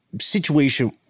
situation